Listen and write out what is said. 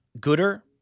Gooder